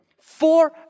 four